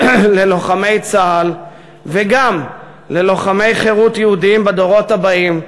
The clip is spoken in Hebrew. ללוחמי צה"ל וגם ללוחמי חירות יהודים בדורות הבאים,